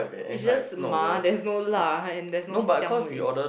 is just ma there's no la and there's no xiang wei